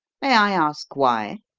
may i ask why?